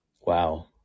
Wow